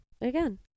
again